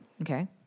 Okay